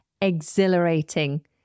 exhilarating